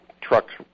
trucks